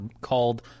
called